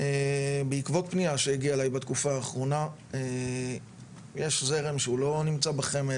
בעקבות פנייה שהגיעה אליי בתקופה האחרונה יש זרם שהוא לא נמצא בחמ"ד,